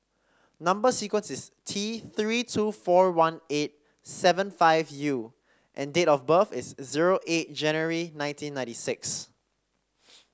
number sequence is T Three two four one eight seven five U and date of birth is zero eight January nineteen ninety six